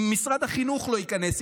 אם משרד החינוך לא ייכנס,